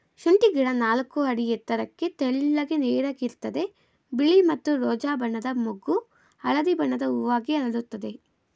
ಶುಂಠಿ ಗಿಡ ನಾಲ್ಕು ಅಡಿ ಎತ್ತರಕ್ಕೆ ತೆಳ್ಳಗೆ ನೇರಕ್ಕಿರ್ತದೆ ಬಿಳಿ ಮತ್ತು ರೋಜಾ ಬಣ್ಣದ ಮೊಗ್ಗು ಹಳದಿ ಬಣ್ಣದ ಹೂವಾಗಿ ಅರಳುತ್ತದೆ